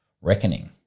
reckoning